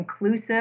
inclusive